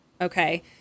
Okay